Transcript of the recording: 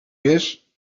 wiesz